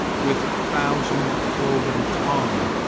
with thousand-cloven tongue,